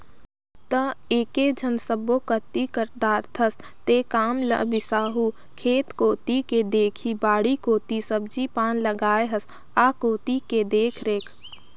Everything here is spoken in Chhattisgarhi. त एकेझन सब्बो कति कर दारथस तें काम ल बिसाहू खेत कोती के देखही बाड़ी कोती सब्जी पान लगाय हस आ कोती के देखरेख